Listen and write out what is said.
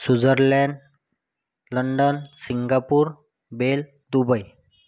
Switzerland London Singapore बेल Dubai